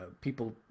people